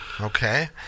Okay